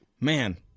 man